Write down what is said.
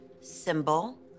symbol